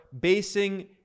basing